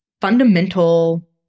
fundamental